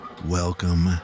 Welcome